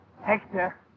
Hector